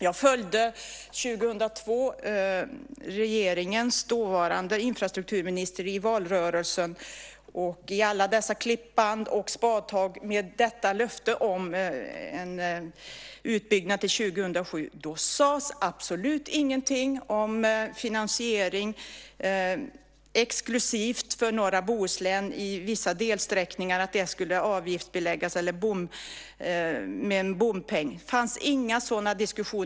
Jag följde 2002 regeringens dåvarande infrastrukturminister i valrörelsen med alla klippband och spadtag och detta löfte om en utbyggnad till 2007. Då sades absolut ingenting om finansiering exklusivt för norra Bohuslän, att vissa delsträckningar skulle avgiftsbeläggas med en bompeng. Det fanns inga sådana diskussioner.